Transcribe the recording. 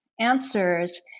Answers